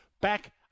Back